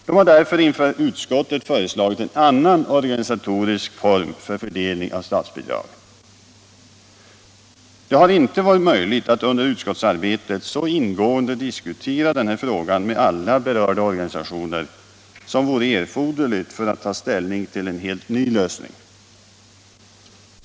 De har därför inför utskottet föreslagit en annan organisatorisk form för fördelning av statsbidrag. Det har inte varit möjligt att under utskottsarbetet så ingående diskutera denna fråga med alla berörda organisationer som vore erforderligt för att ta ställning till en helt ny lösning.